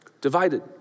divided